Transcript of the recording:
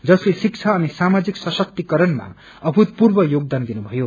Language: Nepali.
जसले शिक्षा अनि सामाजिक सशक्तिकरणमा अभूतर्पूव योगदान दिनुभयो